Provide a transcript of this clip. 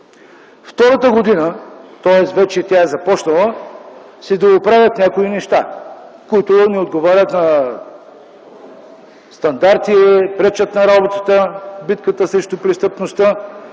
Втората година, тоест вече тя е започнала, се дооправят някои неща, които не отговарят на стандарти, пречат на работата в битката срещу престъпността,